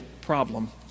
problem